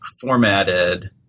formatted